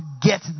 get